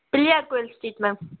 Pillaiyar Kovil street ma'am